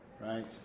right